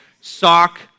Sock